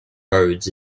roads